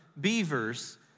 beavers